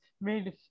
made